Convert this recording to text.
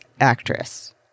actress